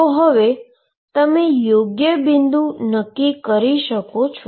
તો હવે તમે યોગ્ય બિંદુ નક્કી કરી શકો છો